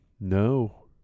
no